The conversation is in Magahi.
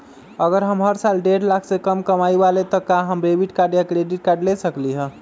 अगर हम हर साल डेढ़ लाख से कम कमावईले त का हम डेबिट कार्ड या क्रेडिट कार्ड ले सकली ह?